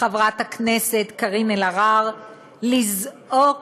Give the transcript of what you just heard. חברת הכנסת קארין אלהרר, לזעוק